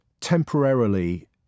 temporarily